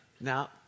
Now